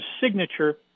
signature